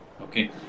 Okay